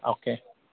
okay